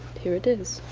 here it is.